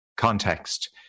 context